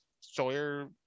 Sawyer